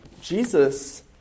Jesus